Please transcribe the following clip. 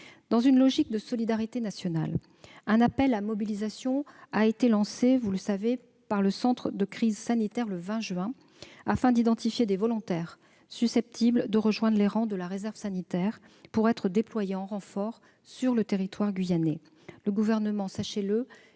Dans une logique de solidarité nationale, un appel à mobilisation a été lancé par le centre de crise sanitaire le 20 juin dernier, afin d'identifier des volontaires susceptibles de rejoindre les rangs de la réserve sanitaire pour être déployés en renfort sur le territoire guyanais. Le Gouvernement, sachez-le,